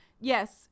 yes